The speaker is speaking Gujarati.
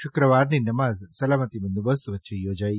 શુક્રવારની નમાઝ સલામતિ બંદોબસ્ત વચ્ચે યોજાઇ